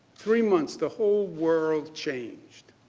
three months, the whole world changed.